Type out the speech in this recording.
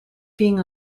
being